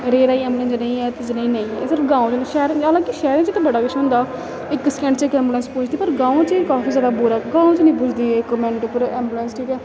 रेही राहियै ऐंबुलेंस जनेही ऐ ते नेईं ऐ सिर्फ ग्रांऽ च शैह्र च हालांके शैह्र च बड़ा किश होंदा इक सकैंड च गै ऐंबुलेंस पुजदी पर गांव च काफी जादा बुरा गांव च निं पुजदी इक मिंट्ट उप्पर ऐंबुलेंस ठीक ऐ